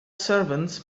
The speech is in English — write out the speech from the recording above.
servants